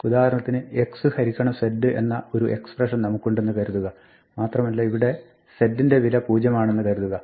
ഉദാഹരണത്തിന് x ഹരിക്കണം z എന്ന ഒരു എക്സപ്രഷൻ നമുക്കുണ്ടെന്ന് കരുതുക മാത്രമല്ല ഇവിടെ z ന്റെ വില 0 ആണെന്ന് കരുതുക